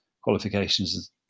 qualifications